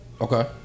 Okay